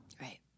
Right